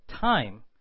time